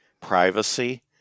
privacy